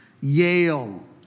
Yale